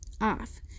off